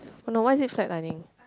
oh no why is it flatlining